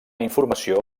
informació